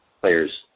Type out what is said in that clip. players